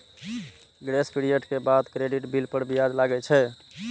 grace period के बाद credit bill पर ब्याज लागै छै